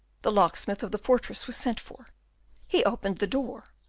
the locksmith of the fortress was sent for he opened the door,